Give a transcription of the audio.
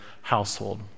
household